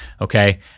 Okay